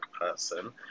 person